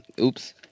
oops